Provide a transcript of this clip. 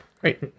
Great